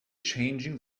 changing